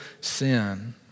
sin